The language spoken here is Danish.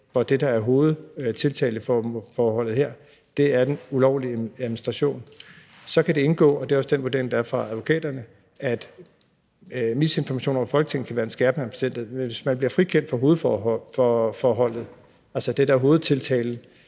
Og det, der er hovedtiltaleforholdet her, er den ulovlige administration. Så kan det indgå, og det er også den vurdering, der er fra advokaterne, at misinformation over for Folketinget kan være en skærpende omstændighed, men hvis man bliver frikendt for hovedtiltaleforholdet,